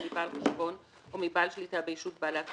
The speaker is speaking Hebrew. מבעל החשבון או מבעל שליטה בישות בעלת החשבון,